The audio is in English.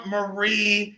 Marie